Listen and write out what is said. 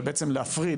ובעצם להפריד,